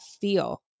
feel